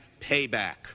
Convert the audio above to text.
payback